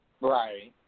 right